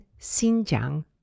Xinjiang